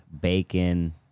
bacon